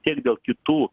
tiek dėl kitų